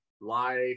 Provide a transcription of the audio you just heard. life